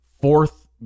Fourth